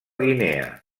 guinea